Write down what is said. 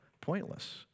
pointless